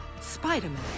Spider-Man